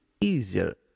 easier